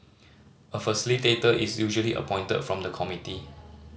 a facilitator is usually appointed from the committee